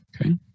Okay